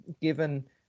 given